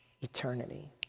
Eternity